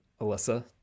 Alyssa